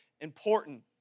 important